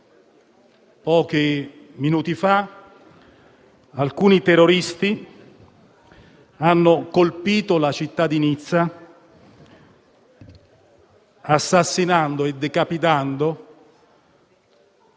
Pochi minuti fa, alcuni terroristi hanno colpito la città di Nizza, assassinando e decapitando